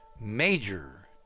major